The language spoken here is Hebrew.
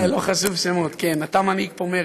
לא חשוב שמות, אתה מנהיג פה מרד.